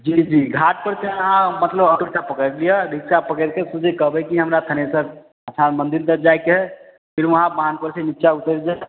जी जी घाटपर से आहाँ मतलब ऑटो रिक्सा पकड़ि लिऽ रिक्सा पकड़ि कऽ सोझे कहबै की हमरा थानेसर स्थान मन्दिर तक जाइके हय फिर वहाँ बान्हपर सँ निच्चा उतरि जेतै